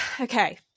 Okay